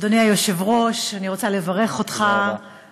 אדוני היושב-ראש, אני רוצה לברך אותך, תודה רבה.